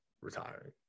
retiring